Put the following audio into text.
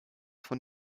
von